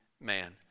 man